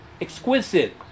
exquisite